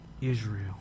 Israel